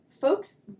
Folks